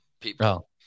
people